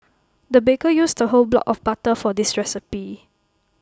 the baker used A whole block of butter for this recipe